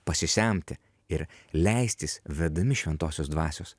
pasisemti ir leistis vedami šventosios dvasios